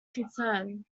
concern